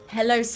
Hello